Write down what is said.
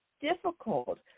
difficult